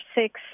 six